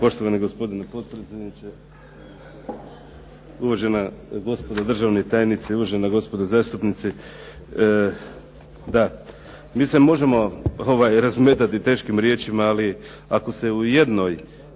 Poštovani gospodine potpredsjedniče, uvažena gospodo državni tajnici, uvažena gospodo zastupnici. Da, mi se možemo razmetati teškim riječima, ali ako se u jednoj